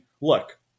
look